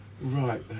Right